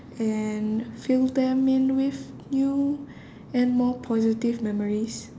and fill them in with new and more positive memories